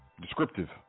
descriptive